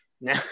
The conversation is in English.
now